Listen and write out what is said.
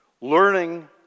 learning